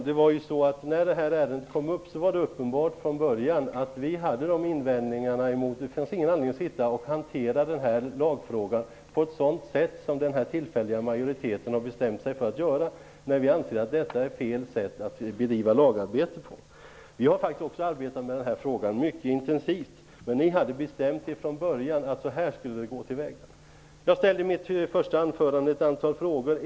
Herr talman! När ärendet kom upp var det från början uppenbart att vi hade dessa invändningar. Det finns ingen anledning att hantera denna lagfråga på ett sådant sätt som den tillfälliga majoriteten har bestämt sig för att göra när vi anser att det är fel sätt att bedriva lagstiftningsarbete på. Vi har faktiskt också arbetat med frågan mycket intensivt, men ni hade bestämt er från början för hur man skulle gå till väga. Jag ställde i mitt första anförande ett antal frågor.